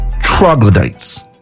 troglodytes